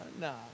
no